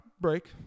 break